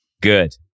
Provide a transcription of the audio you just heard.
Good